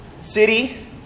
city